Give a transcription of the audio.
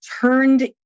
turned